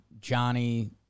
Johnny